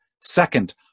Second